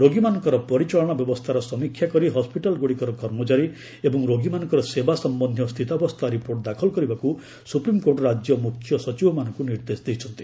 ରୋଗୀମାନଙ୍କର ପରିଚାଳନା ବ୍ୟବସ୍ଥାର ସମୀକ୍ଷା କରି ହସ୍କିଟାଲଗୁଡ଼ିକର କର୍ମଚାରୀ ଏବଂ ରୋଗୀମାନଙ୍କର ସେବା ସମ୍ପନ୍ଧୀୟ ସ୍ଥିତାବସ୍ଥା ରିପୋର୍ଟ ଦାଖଲ କରିବାକୁ ସୁପ୍ରିମ୍କୋର୍ଟ୍ ରାଜ୍ୟ ମୁଖ୍ୟ ସଚିବମାନଙ୍କୁ ନିର୍ଦ୍ଦେଶ ଦେଇଛନ୍ତି